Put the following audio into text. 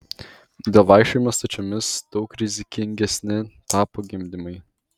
dėl vaikščiojimo stačiomis daug rizikingesni tapo gimdymai